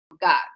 god